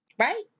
right